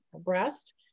breast